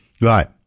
Right